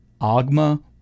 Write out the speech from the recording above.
Agma